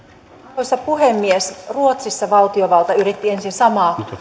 arvoisa puhemies ruotsissa valtiovalta yritti ensin samaa